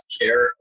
care